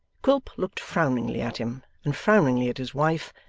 quilp looked frowningly at him, and frowningly at his wife,